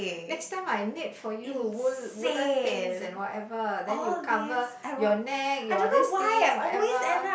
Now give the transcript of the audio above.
next time I knit for you wool~ woolen things and whatever then you cover your neck your this thing whatever